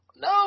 No